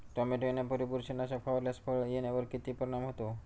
Tomato येण्यापूर्वी बुरशीनाशक फवारल्यास फळ येण्यावर किती परिणाम होतो?